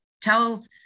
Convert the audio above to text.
tell